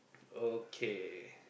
okay